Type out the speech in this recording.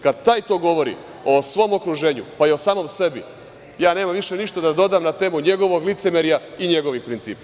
Kad taj to govori o svom okruženju, pa i o samom sebi, ja nemam više ništa da dodam na temu njegovog licemerje i njegovih principa.